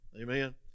Amen